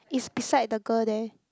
is beside the girl there